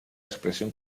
expresión